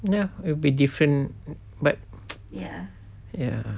no it'll be different but ya